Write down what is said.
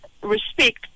Respect